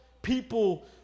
people